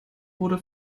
wurde